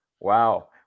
Wow